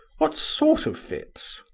what sort of fits?